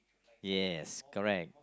yes correct